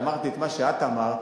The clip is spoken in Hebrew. ואמרתי את מה שאת אמרת,